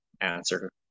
answer